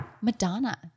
Madonna